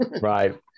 Right